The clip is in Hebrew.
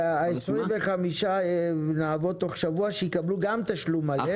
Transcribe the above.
וה-25 נעבוד תוך שבוע שיקבלו גם תשלום מלא?